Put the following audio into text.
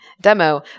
Demo